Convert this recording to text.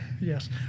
Yes